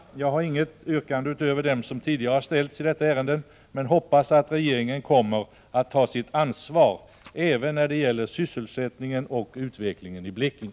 Jag har inget yrkande utöver de yrkanden som tidigare har ställts i detta ärende, men jag hoppas att regeringen kommer att ta sitt ansvar även när det gäller sysselsättningen och utvecklingen i Blekinge.